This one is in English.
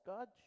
God